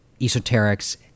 esoterics